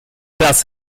das